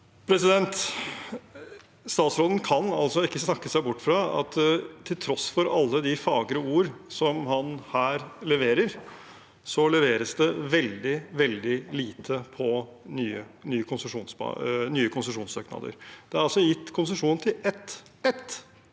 Statsråden kan ikke snakke seg bort fra at til tross for alle de fagre ord som han her leverer, så leveres det veldig, veldig lite på nye konsesjonssøknader. Det er altså gitt konsesjoner til ett